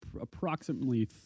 approximately